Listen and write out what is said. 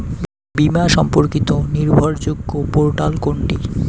বীমা সম্পর্কিত নির্ভরযোগ্য পোর্টাল কোনটি?